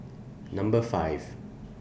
Number five